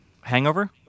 Hangover